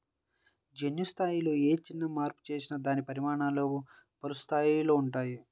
జన్యు స్థాయిలో ఏ చిన్న మార్పు చేసినా దాని పరిణామాలు పలు స్థాయిలలో ఉంటాయి